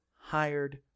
hired